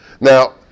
Now